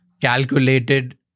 calculated